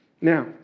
Now